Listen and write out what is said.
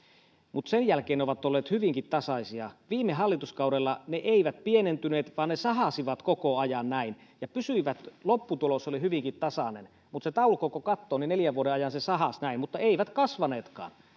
mutta sen jälkeen ne ovat olleet hyvinkin tasaisia viime hallituskaudella ne eivät pienentyneet vaan ne sahasivat koko ajan näin ja pysyivät lopputulos oli hyvinkin tasainen sitä taulukkoa kun katsoo niin neljän vuoden ajan ne sahasivat näin mutta eivät kasvaneetkaan